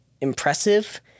impressive